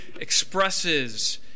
expresses